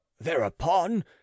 thereupon